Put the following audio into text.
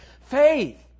Faith